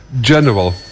General